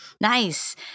Nice